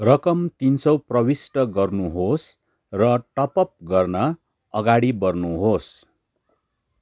रकम तिन सय प्रविष्ट गर्नुहोस् र टपअप गर्न अगाडि बढ्नुहोस्